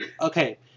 Okay